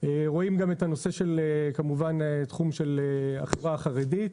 רואים גם את הנושא של תחום החברה החרדית,